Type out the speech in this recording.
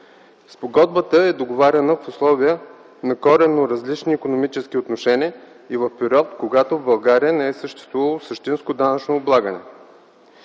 Спогодбата е договаряна в условия на коренно различни икономически отношения и в период, когато в България не е съществувало същинско данъчно облагане.